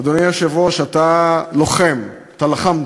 אדוני היושב-ראש, אתה לוחם, אתה לחמת,